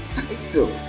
title